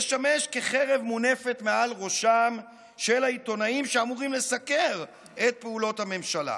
ישמש כחרב מונפת מעל ראשם של העיתונאים שאמורים לסקר את פעולות הממשלה.